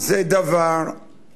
מה עם ה"חמאס"?